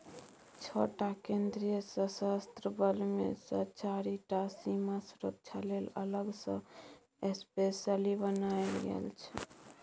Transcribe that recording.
छअ टा केंद्रीय सशस्त्र बल मे सँ चारि टा सीमा सुरक्षा लेल अलग सँ स्पेसली बनाएल गेल छै